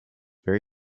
very